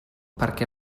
perquè